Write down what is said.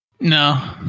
No